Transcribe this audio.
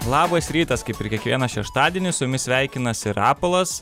labas rytas kaip ir kiekvieną šeštadienį su jumis sveikinasi rapolas